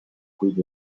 kuid